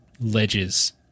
ledges